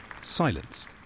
Silence